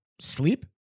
sleep